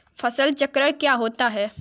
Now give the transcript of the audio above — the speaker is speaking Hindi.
फसल चक्र क्या होता है?